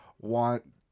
want